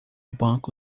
banco